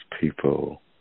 people